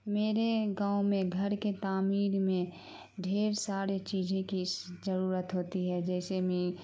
میرے گاؤں میں گھر کے تعمیر میں ڈھیر سارے چیزیں کی ضرورت ہوتی ہے جیسے میں